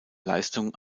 leistung